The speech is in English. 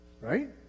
right